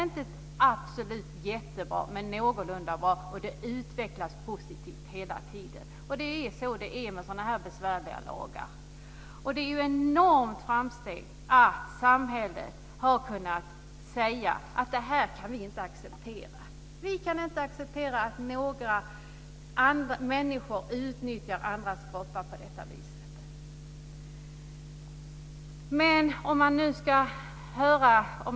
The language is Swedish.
Det äger också hela tiden rum en positiv utveckling. Det är så med sådana här besvärliga lagar. Det är ett enormt framsteg att samhället har kunnat säga att det inte kan acceptera att några människor utnyttjar andras kroppar på det sätt som det gäller.